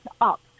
up